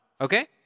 Okay